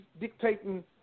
dictating